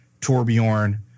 Torbjorn